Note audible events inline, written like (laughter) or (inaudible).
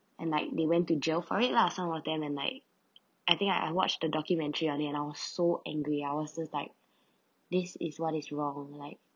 and like they went to jail for it lah some of them and like I think I I watched the documentary on it I was so angry I was just like (breath) this is what is wrong like